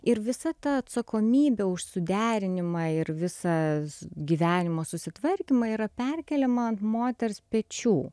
ir visa ta atsakomybė už suderinimą ir visas gyvenimo susitvarkymą yra perkeliama ant moters pečių